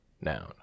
noun